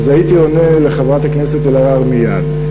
הייתי עונה לחברת הכנסת אלהרר מייד,